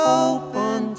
open